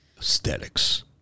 Aesthetics